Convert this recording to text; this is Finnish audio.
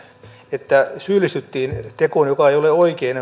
että syyllistyttiin tekoon joka ei ole oikein